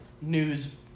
news